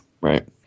right